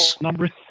number